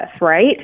right